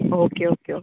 okay okay okay